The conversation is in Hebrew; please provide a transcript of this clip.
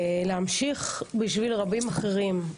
להמשיך בשביל רבים אחרים,